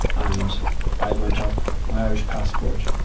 and i went up, my irish passport,